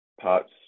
parts